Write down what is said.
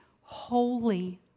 holy